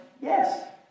Yes